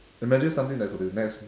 imagine something that could be the next